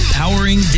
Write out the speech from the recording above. powering